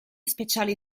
speciali